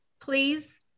Please